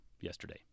yesterday